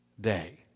day